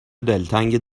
دلتنگ